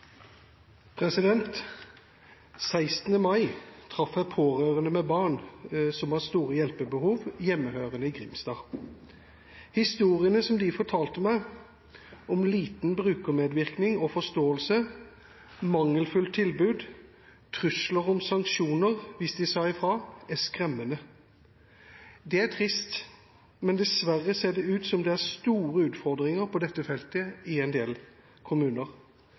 svar. «16. mai traff jeg pårørende med barn som har store hjelpebehov, hjemmehørende i Grimstad. Historiene som de fortalte meg, om liten brukermedvirkning og forståelse, mangelfullt tilbud, trusler om sanksjoner hvis de sa ifra, er skremmende. Dette er trist, men dessverre ser det ut som om det er store utfordringer på dette feltet i en god del kommuner.